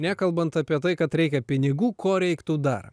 nekalbant apie tai kad reikia pinigų ko reiktų dar